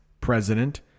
president